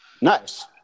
Nice